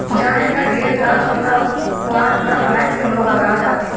जहाँ एकर ढेर गाछ होला उहाँ ओकरा महक से लोग अघा जालें